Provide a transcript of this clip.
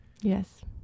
Yes